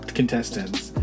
contestants